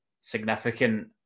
significant